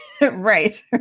right